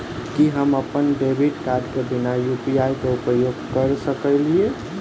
की हम अप्पन debit card केँ बिना यु.पी.आई केँ उपयोग करऽ सकलिये?